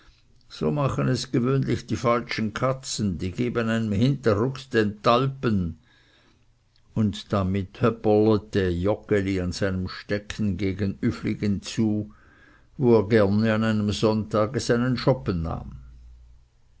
so machen es gewöhnlich die falschen katzen die geben einem hinterrucks den talpen und damit höpperlete joggeli an seinem stecken gegen üfligen zu wo er gerne an einem sonntage seinen schoppen nahm